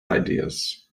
ideas